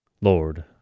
Lord